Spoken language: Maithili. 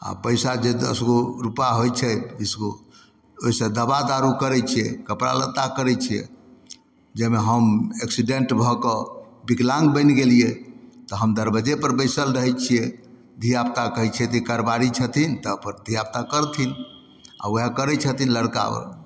आ पैसा जे दसगो रूपा होइ छै बीसगो ओहिसँ दवा दारू करै छियै कपड़ा लत्ता करै छियै जाहिमे हम एक्सीडेंट भऽ कऽ विकलाङ्ग बैनि गेलियै तऽ हम दरबजै पर बैसल रहै छियै धिया पुता कहै छै तऽ ई करबारी छथिन तऽ अपन धिया पुता करथिन आ वहए करै छथिन लड़का और